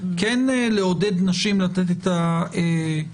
כן לעודד נשים לתת את הדגימה.